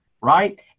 right